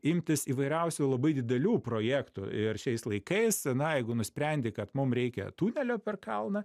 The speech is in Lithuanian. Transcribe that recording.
imtis įvairiausių labai didelių projektų ir šiais laikais na jeigu nusprendi kad mum reikia tunelio per kalną